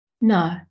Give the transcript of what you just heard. no